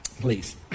please